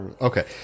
okay